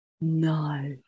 No